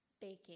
Baking